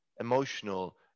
emotional